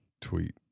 tweet